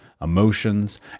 emotions